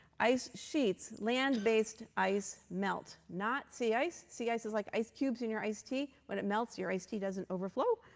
ice sheets, land-based ice melt. not sea ice. sea ice is like ice cubes in your iced tea. when it melts, your iced tea doesn't overflow.